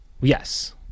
Yes